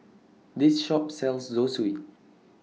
This Shop sells Zosui